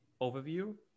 overview